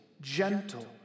gentle